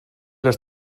les